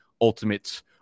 ultimate